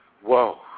whoa